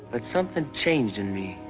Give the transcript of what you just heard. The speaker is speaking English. but, something changed in me.